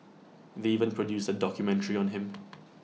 they even produced A documentary on him